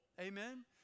amen